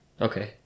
Okay